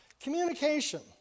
Communication